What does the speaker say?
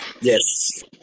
Yes